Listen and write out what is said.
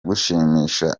gushimisha